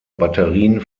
batterien